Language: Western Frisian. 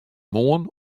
moarn